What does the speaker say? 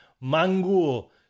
mango